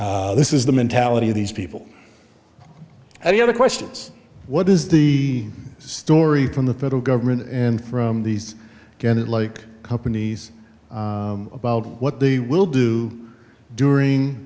this is the mentality of these people and the other questions what is the story from the federal government and from these gannett like companies about what they will do during